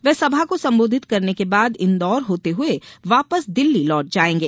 वे सभा को संबोधित करने के बाद इंदौर होते हुए वापस दिल्ली लौट जाएंगे